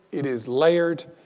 it is layered.